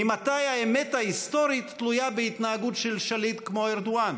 ממתי האמת ההיסטורית תלויה בהתנהגות של שליט כמו ארדואן?